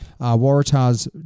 Waratah's